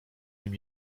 nim